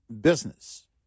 business